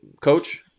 Coach